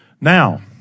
Now